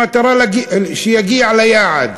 במטרה שיגיע ליעד.